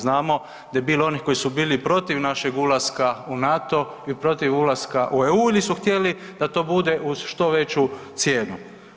Znamo da je bilo onih koji su bili protiv našeg ulaska u NATO i protiv ulaska u EU ili su htjeli da to bude uz što veću cijenu.